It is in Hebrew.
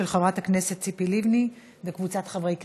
של חברת הכנסת ציפי לבני וקבוצת חברי הכנסת.